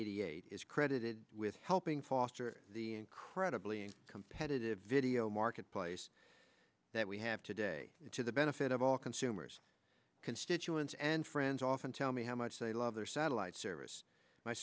eighty eight is credited with helping foster the incredibly competitive video marketplace that we have today to the benefit of all consumers constituents and friends often tell me how much they love their satellite service my